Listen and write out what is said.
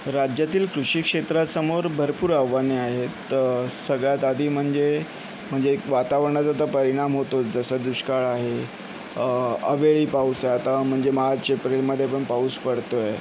राज्यातील कृषी क्षेत्रासमोर भरपूर आव्हाने आहेत तर सगळ्यात आधी म्हणजे म्हणजे एक वातावरणाचा तर परिणाम होतोच जसं दुष्काळ आहे अवेळी पाऊस आहे आता म्हणजे मार्च एप्रिलमध्ये पण पाऊस पडतोय